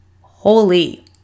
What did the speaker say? holy